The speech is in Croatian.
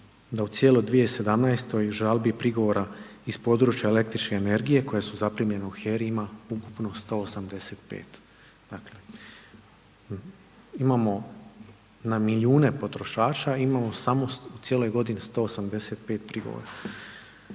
da u cijeloj 2017. žalbi prigovora iz područja električne energije koje su zaprimljene u HERA-i ima ukupno 185. Dakle, imamo na milijune potrošača i imamo samo u cijeloj godini samo 185 prigovora.